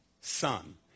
son